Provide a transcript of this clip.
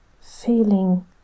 feeling